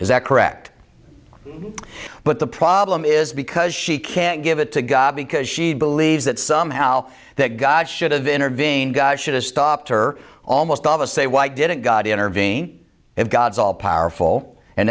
is that correct but the problem is because she can't give it to god because she believes that somehow that god should have intervened guy should have stopped or almost all of us say why didn't god intervene if god is all powerful and